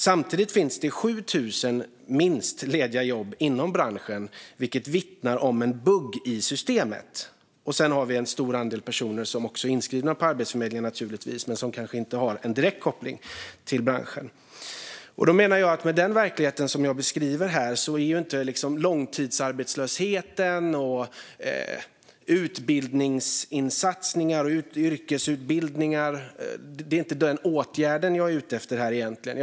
Samtidigt finns det 7 000 lediga jobb inom branschen, vilket vittnar om en bugg i systemet." Sedan finns det naturligtvis en stor andel personer som också är inskrivna på Arbetsförmedlingen men som kanske inte har en direkt koppling till branschen. Med den verklighet som jag beskriver här är inte utbildningsinsatser och yrkesutbildningar när det gäller långtidsarbetslösheten de åtgärder som jag egentligen är ute efter här.